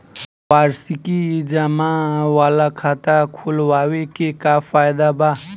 वार्षिकी जमा वाला खाता खोलवावे के का फायदा बा?